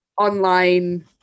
online